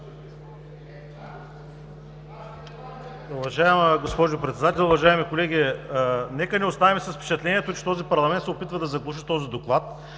Уважаема госпожо Председател, уважаеми колеги! Нека не оставаме с впечатлението, че този парламент се опитва да заглуши този Доклад